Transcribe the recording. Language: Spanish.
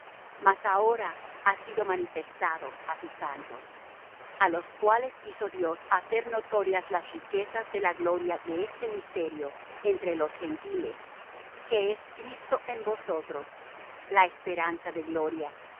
mas ahora ha sido manifestado á sus santos a los cuales quiso dios hacer notorias las riquezas de la gloria de este misterio entre los gentiles que es cristo en vosotros la esperanza de gloria